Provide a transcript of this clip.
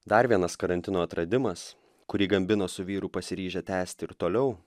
dar vienas karantino atradimas kurį gambino su vyru pasiryžę tęsti ir toliau